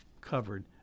covered